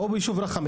או ביישוב רכמה.